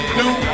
new